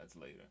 Later